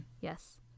yes